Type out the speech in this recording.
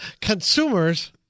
Consumers